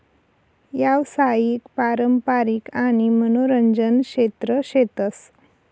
यावसायिक, पारंपारिक आणि मनोरंजन क्षेत्र शेतस